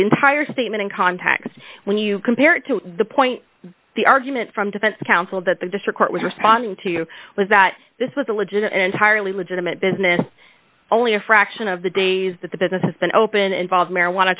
entire statement in context when you compare it to the point the argument from defense counsel that the district court was responding to was that this was a legitimate entirely legitimate business only a fraction of the days that the business has been open involved marijuana